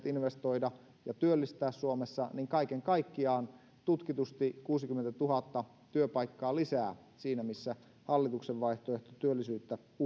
investoida ja työllistää suomessa niin myös kaiken kaikkiaan tutkitusti kuusikymmentätuhatta työpaikkaa lisää siinä missä hallituksen vaihtoehto